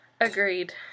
agreed